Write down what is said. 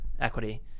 equity